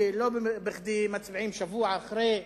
ולא בכדי מצביעים שבוע אחרי.